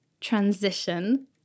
Transition